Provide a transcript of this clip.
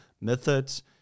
methods